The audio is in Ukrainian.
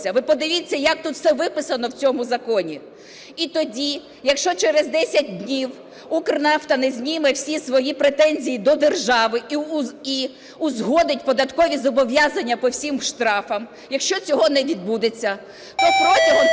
Ви подивіться, як тут все виписано, в цьому законі? І тоді, якщо через 10 днів "Укрнафта" не зніме всі свої претензії до держави і узгодить податкові зобов'язання по всіх штрафах, якщо цього не відбудеться, то протягом